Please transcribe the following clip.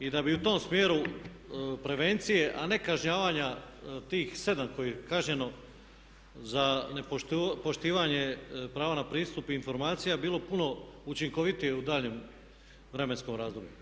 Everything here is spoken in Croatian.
I da bi u tom smjeru prevencije a ne kažnjavanja tih 7 kojih je kažnjeno za nepoštivanje prava na pristup informacija bilo puno učinkovitije u daljnjem vremenskom razdoblju.